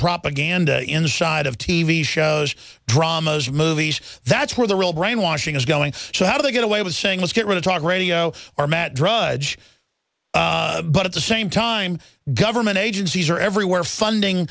propaganda inside of t v shows dramas movies that's where the real brainwashing is going so how do they get away with saying let's get rid of talk radio or matt drudge but at the same time government agencies are everywhere funding